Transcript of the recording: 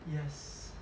yes